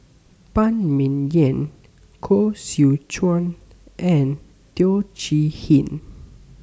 Phan Ming Yen Koh Seow Chuan and Teo Chee Hean